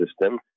system